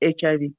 HIV